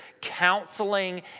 counseling